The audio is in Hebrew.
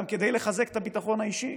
גם כדי לחזק את הביטחון האישי,